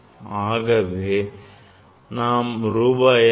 ஆகவே நாம் ரூபாய் 200